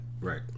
Right